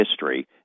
History